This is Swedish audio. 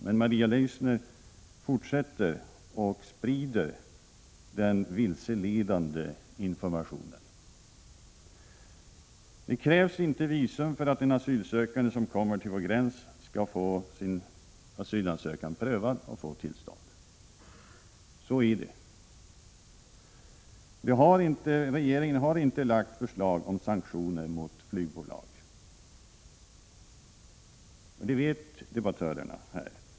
Men Maria Leissner fortsätter att sprida den vilseledande informationen. Det krävs inte visum för att en asylsökande som kommer till vår gräns skall få sin asylansökan prövad. Så är det. Regeringen har heller inte lagt fram något förslag om sanktioner mot flygbolag. Det vet debattörerna här.